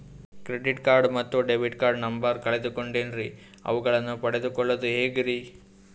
Credit card ಮತ್ತು debit card number ಕಳೆದುಕೊಂಡಿನ್ರಿ ಅವುಗಳನ್ನ ಪಡೆದು ಕೊಳ್ಳೋದು ಹೇಗ್ರಿ?